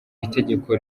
itegeko